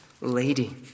lady